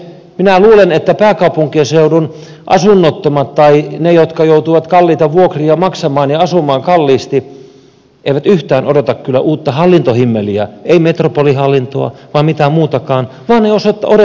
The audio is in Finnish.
minä luulen että pääkaupunkiseudun asunnottomat tai ne jotka joutuvat kalliita vuokria maksamaan ja asumaan kalliisti eivät yhtään odota kyllä uutta hallintohimmeliä eivät metropolihallintoa tai mitään muutakaan vaan he odottavat asuntoja